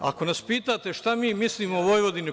Ako nas pitate šta mi mislimo o Vojvodini?